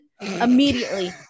Immediately